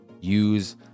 use